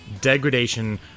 degradation